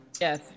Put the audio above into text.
Yes